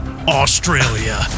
Australia